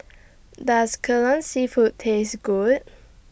Does Kai Lan Seafood Taste Good